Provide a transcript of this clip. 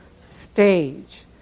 stage